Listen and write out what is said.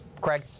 Craig